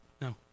No